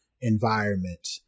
environment